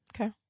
Okay